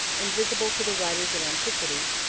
invisible to the writers of antiquity,